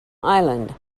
island